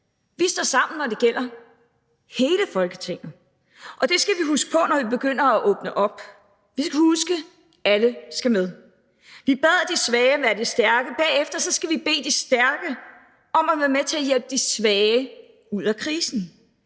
Vi står sammen, når det gælder – hele Folketinget. Og det skal vi huske på, når vi begynder at åbne op. Vi skal huske, at alle skal med. Vi bad de svage om at være de stærke, og bagefter skal vi bede de stærke om at være med til at hjælpe de svage ud af krisen,